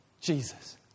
Jesus